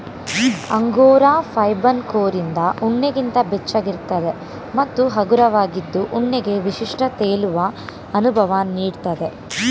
angora ಫೈಬರ್ನ ಕೋರಿಂದ ಉಣ್ಣೆಗಿಂತ ಬೆಚ್ಚಗಿರ್ತದೆ ಮತ್ತು ಹಗುರವಾಗಿದ್ದು ಉಣ್ಣೆಗೆ ವಿಶಿಷ್ಟ ತೇಲುವ ಅನುಭವ ನೀಡ್ತದೆ